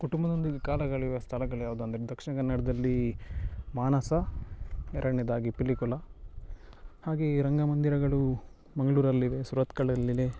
ಕುಟುಂಬದೊಂದಿಗೆ ಕಾಲ ಕಳೆಯುವ ಸ್ಥಳಗಳು ಯಾವುದು ಅಂದರೆ ದಕ್ಷಿಣ ಕನ್ನಡದಲ್ಲಿ ಮಾನಸ ಎರಡನೇದಾಗಿ ಪಿಲಿಕುಳ ಹಾಗೆಯೇ ರಂಗ ಮಂದಿರಗಳು ಮಂಗಳೂರಲ್ಲಿದೆ ಸುರತ್ಕಲ್ಲಲ್ಲಿ